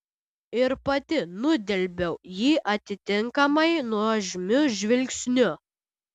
ir pati nudelbiau jį atitinkamai nuožmiu žvilgsniu